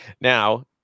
Now